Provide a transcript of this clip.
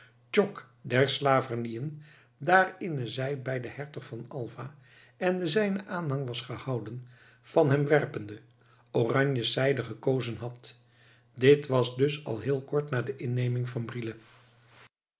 der slaverniën daerinne zij bij den hertoge van alva ende synen aenhang was gehouden van hem werpende oranjes zijde gekozen had dit was dus al heel kort na de inneming van brielle